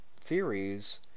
theories